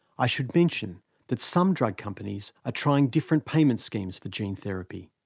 i should mention that some drug companies are trying different payment schemes for gene therapy.